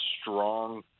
strong